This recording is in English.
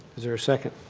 is there a second?